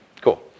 Cool